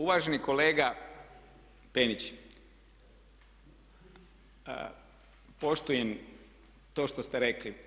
Uvaženi kolega Penić poštujem to što ste rekli.